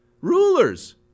Rulers